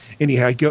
Anyhow